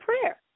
prayer